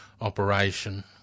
operation